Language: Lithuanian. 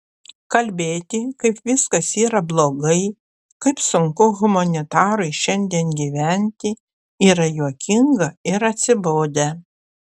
kalbėti kaip viskas yra blogai kaip sunku humanitarui šiandien gyventi yra juokinga ir atsibodę